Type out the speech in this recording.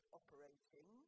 operating